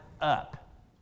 up